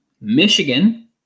Michigan